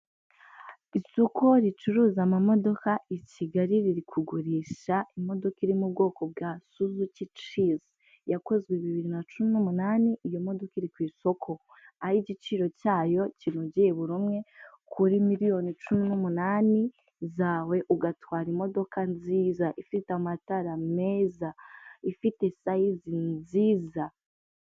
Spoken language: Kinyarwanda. Isoko ricuruza amamodoka i Kigali riri kugurisha imodoka iri mu bwoko bwa suzuki cheese, yakozwe bibiri na cumi n'umunani, iyo modoka iri ku isoko aho igiciro cyayo kinogeye buri umwe kuri miliyoni cumi n'umunani zawe ugatwara imodoka nziza, ifite amatara meza, ifite sayizi nziza.